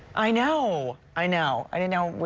i know. i know. i don't know.